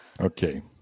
Okay